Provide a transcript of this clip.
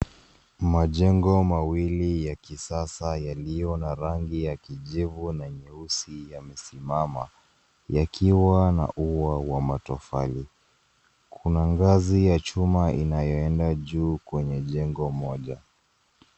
Majengo mawili ya kisasa yalio na rangi ya kijivu na nyeusi yamesimama yakiwa na ua wa matofali. Kuna ngazi ya chuma inayoenda juu kwenye jengo moja.